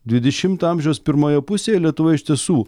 dvidešimto amžiaus pirmoje pusėje lietuva iš tiesų